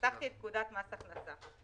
את פקודת מס הכנסה.